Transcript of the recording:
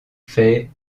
fait